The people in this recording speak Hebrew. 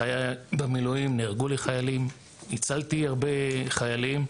במילואים נהרגו לי חיילים, הצלתי הרבה חיילים.